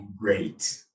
great